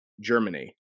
Germany